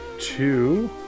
two